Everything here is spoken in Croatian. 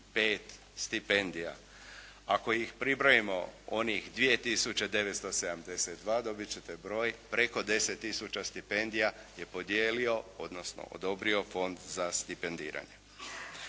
045 stipendija. Ako ih pribrojimo onih 2 tisuće 972 dobit ćete broj preko 10 tisuća stipendija je podijelio odnosno odobrio fond za stipendiranje.